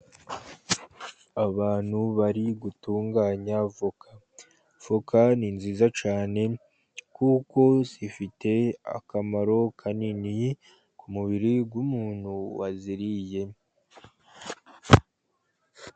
Abantu bari gutunganya voka. Voka ni nziza cyane, kuko zifite akamaro kanini ku mubiri w'umuntu waziriye.